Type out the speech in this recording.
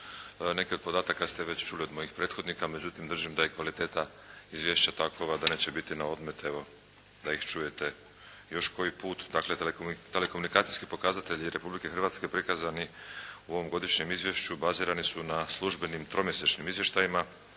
neke od podataka ste već čuli od mojih prethodnika, međutim držim da je kvaliteta izvješća takova da neće biti na odmet evo da ih čujete još koji put. Dakle, telekomunikacijski pokazatelji Republike Hrvatske prikazani u ovom godišnjem izvješću bazirani su na službenim tromjesečnim izvještajima